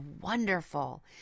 wonderful